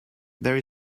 there